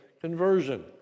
conversion